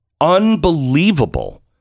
unbelievable